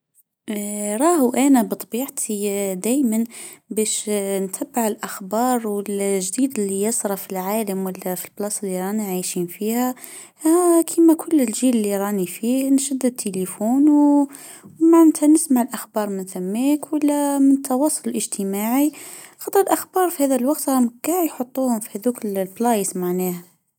راهو أنا بطبيعتي دائما بش نتبع الأخبار والجديد إللي يصرف العالم ولا في البلاص إللي أنا عايشين فيها. كيما كل الجيل إللي راني فيه نشد التليفون ومعنته نسمع الأخبار من تمك ولا من تواصل الإجتماعي خطرت أخبار في هذا الوقت صار كان يحطوهم في هذوك البلايص معنا.